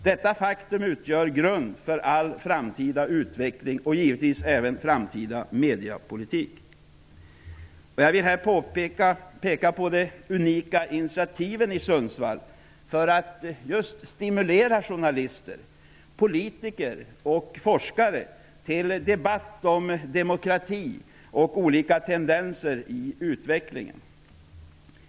Detta faktum utgör grund för all framtida utveckling och givetvis även för all framtida mediepolitik. Jag vill här peka på de unika initiativ som tagits i Sundsvall för att just stimulera journalister, politiker och forskare till debatt om demokrati och om olika tendenser i utvecklingen.